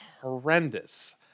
horrendous